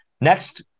Next